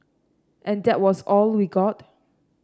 and that was all we got